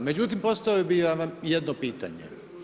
Međutim, postavio bi vam jedno pitanje.